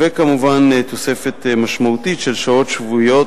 וכמובן תוספת משמעותית של שעות שבועיות